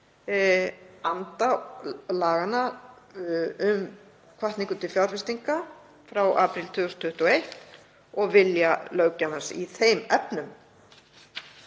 anda laganna, um hvatningu til fjárfestinga, frá því í apríl 2021 og vilja löggjafans í þeim efnum.